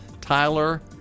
Tyler